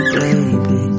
baby